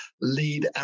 lead